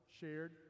shared